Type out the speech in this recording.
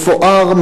מפואר,